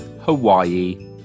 Hawaii